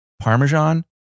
Parmesan